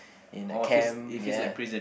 in a camp yeah